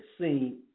seen